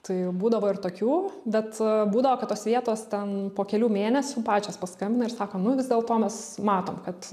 tai būdavo ir tokių bet būdavo kad tos vietos ten po kelių mėnesių pačios paskambina ir sako nu vis dėlto mes matom kad